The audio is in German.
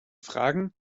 fragen